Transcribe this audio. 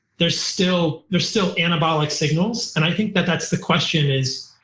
there's still there's still anabolic signals and i think that that's the question is,